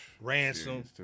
Ransom